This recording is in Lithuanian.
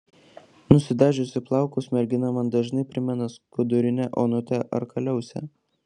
nusidažiusi plaukus mergina man dažnai primena skudurinę onutę ar kaliausę